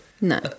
no